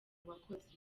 bakozi